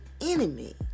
enemy